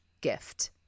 gift